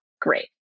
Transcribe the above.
Great